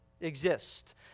exist